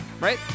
right